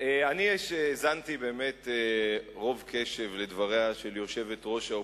אני האזנתי באמת רוב קשב לדבריה של יושבת-ראש האופוזיציה,